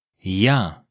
Ja